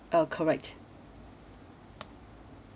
uh correct